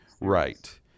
right